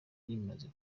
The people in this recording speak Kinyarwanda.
rimaze